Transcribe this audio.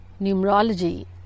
numerology